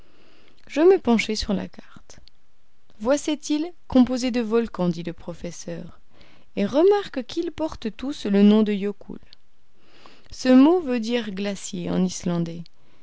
je me penchai sur la carte vois cette île composée de volcans dit le professeur et remarque qu'ils portent tous le nom de yocul ce mot veut dire glacier en islandais